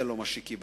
זה לא מה שקיבלנו.